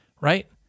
right